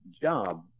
job